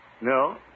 No